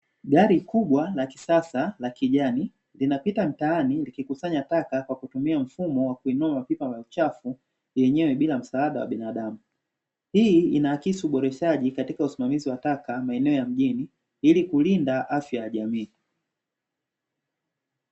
Gari kubwa la kisasa la kijani linapita mtaani likikusanya taka kwa kutumia mfumo wa kuinua mapipa ya uchafu yenyewe bila msaada wa binadamu. Hii inaakisi uboreshaji katika usimamizi wa taka maeneo ya mjini ili kulinda afya ya jamii.